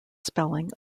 spelling